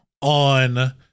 on